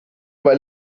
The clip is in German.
weil